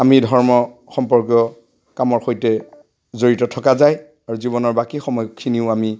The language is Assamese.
আমি ধৰ্ম সম্পৰ্কীয় কামৰ সৈতে জড়িত থকা যায় আৰু জীৱনৰ বাকী সময়খিনিও আমি